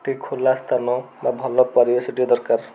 ଗୋଟେ ଖୋଲା ସ୍ଥାନ ବା ଭଲ ପରିବେଶଟିଏ ଦରକାର